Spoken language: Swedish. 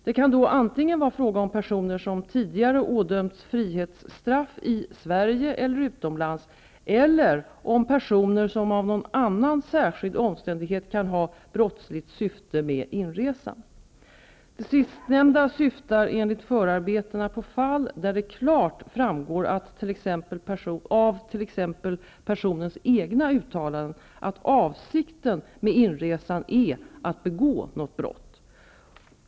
Det kan då antingen vara fråga om personer som tidigare ådömts frihetsstraff, i Sverige eller utomlands, eller om personer som av någon an nan särskild omständighet kan ha brottsligt syfte med inresan. Det sist nämnda syftar enligt förarbetena på fall där det klart framgår, av t.ex. perso nens egna uttalanden, att avsikten med inresan är att begå brott.